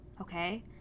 okay